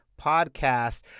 podcast